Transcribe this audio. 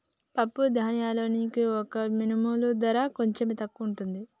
పప్పు ధాన్యాల్లో వక్క మినుముల ధర కొంచెం తక్కువుంటది